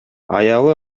аялы